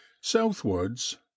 southwards